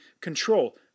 control